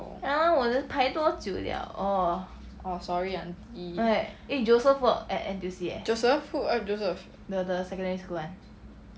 orh orh sorry aunty joseph who eh joseph